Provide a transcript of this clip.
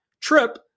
trip